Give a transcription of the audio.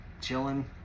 chilling